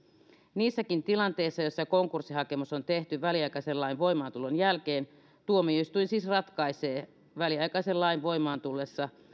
niissäkin tilanteissa joissa konkurssihakemus on tehty väliaikaisen lain voimaantulon jälkeen tuomioistuin siis ratkaisee väliaikaisen lain voimaan tullessa